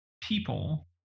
people